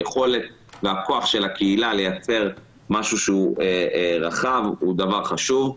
היכולת והכוח של הקהילה לייצר משהו שהוא רחב והוא דבר חשוב.